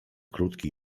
krótki